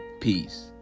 peace